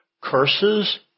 Curses